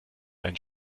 einen